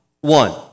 one